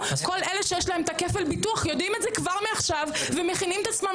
כל אלה שיש להם את כפל הביטוח יודעים את זה כבר מעכשיו ומכינים את עצמם